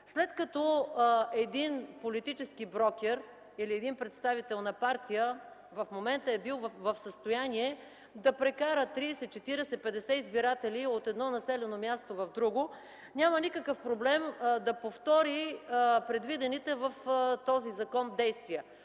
След като един политически брокер или един представител на партия в момента е бил в състояние да прекара 30, 40-50 избиратели от едно населено място в друго, няма никакъв проблем да повтори предвидените в този закон действия,